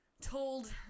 told